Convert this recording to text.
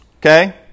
okay